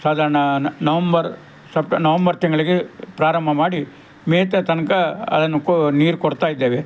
ಸಾಧಾರಣ ನವಂಬರ್ ಸಪ್ಟೆ ನವಂಬರ್ ತಿಂಗಳಿಗೆ ಪ್ರಾರಂಭ ಮಾಡಿ ಮೇದ ತನಕ ಅದನ್ನು ಕೊ ನೀರು ಕೊಡ್ತಾ ಇದ್ದೇವೆ